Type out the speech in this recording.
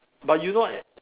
but you not